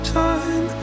time